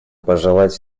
пожелать